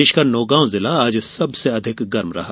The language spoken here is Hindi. प्रदेश का नौंगांव जिला आज सबसे अधिक गर्म जिला रहा